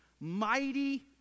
mighty